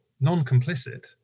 non-complicit